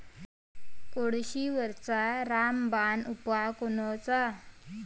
कोळशीवरचा रामबान उपाव कोनचा?